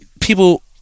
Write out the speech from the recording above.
People